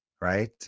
right